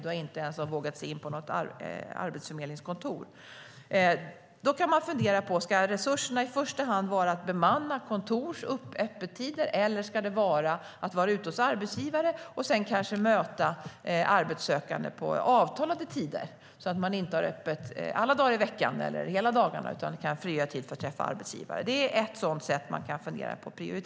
De kanske inte ens har vågat sig in på något arbetsförmedlingskontor. Vi kan fundera på om resurserna ska läggas på att i första hand bemanna ett kontors öppettider eller på att vara ute hos arbetsgivare och sedan kanske möta arbetssökande på avtalade tider. Då har man inte öppet alla dagar i veckan eller hela dagarna utan kan frigöra tid för att träffa arbetsgivare. Det är ett sätt att prioritera som vi kan fundera på.